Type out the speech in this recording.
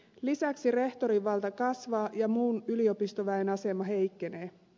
lisäksi rehtorin valta kasvaa ja muun yliopistoväen asema heikkenee